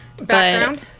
background